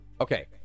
Okay